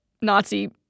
Nazi